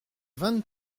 vingt